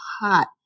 hot